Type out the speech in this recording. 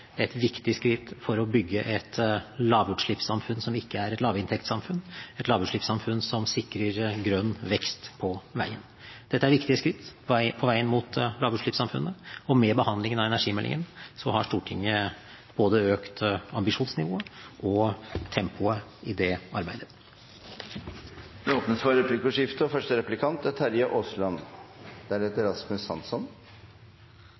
et viktig skritt for å bygge et lavutslippssamfunn som ikke er et lavinntektssamfunn, et lavutslippssamfunn som sikrer grønn vekst på veien. Dette er viktige skritt på veien mot lavutslippssamfunnet, og med behandlingen av energimeldingen har Stortinget økt både ambisjonsnivået og tempoet i det arbeidet. Det blir replikkordskifte. Det grønne preget på innstillingen kan en godt diskutere grunnlaget for.